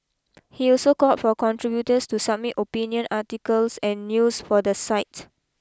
he also called for contributors to submit opinion articles and news for the site